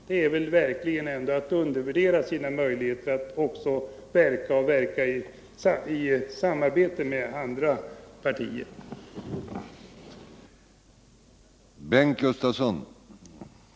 Det är väl ändå att undervärdera sina möjligheter att verka i samarbete med andra partier.